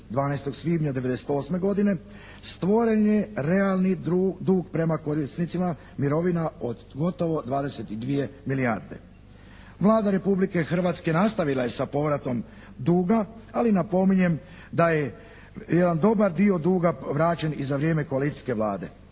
12. svibnja '98. godine stvoren je realni dug prema korisnicima mirovina od gotovo 22 milijarde. Vlada Republike Hrvatske nastavila je sa povratom duga ali napominjem da je jedan dobar dio duga vraćen i za vrijeme koalicijske Vlade.